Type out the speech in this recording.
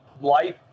life